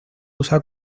usa